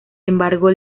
embargo